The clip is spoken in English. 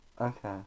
okay